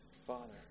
father